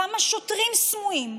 כמה שוטרים סמויים?